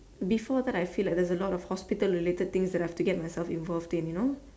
before that I feel like there is a lot of hospital related things that I have to get myself involved in you know